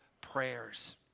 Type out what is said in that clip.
prayers